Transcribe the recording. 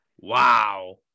Wow